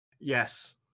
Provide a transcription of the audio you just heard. Yes